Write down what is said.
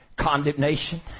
condemnation